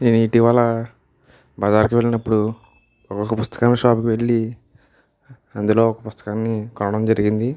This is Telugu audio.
నేను ఇటీవల బజారుకు వెళ్ళినపుడు ఒక పుస్తకం షాప్కి వెళ్ళి అందులో ఒక పుస్తకాన్ని కొనడం జరిగింది